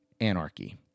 Anarchy